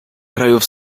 krajów